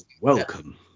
welcome